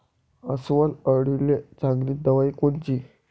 अस्वल अळीले चांगली दवाई कोनची?